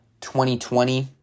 2020